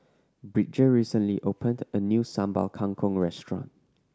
Bridger recently opened a new Sambal Kangkong restaurant